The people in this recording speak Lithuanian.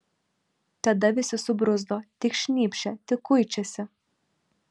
tada visi subruzdo tik šnypščia tik kuičiasi